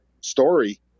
story